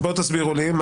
אז בוא תסביר לי.